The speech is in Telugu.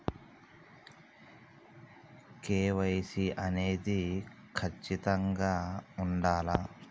కే.వై.సీ అనేది ఖచ్చితంగా ఉండాలా?